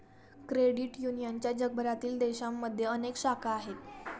credit युनियनच्या जगभरातील देशांमध्ये अनेक शाखा आहेत